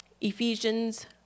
Ephesians